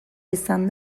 izan